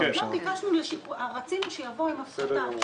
רצינו שיבואו עם הפחתה,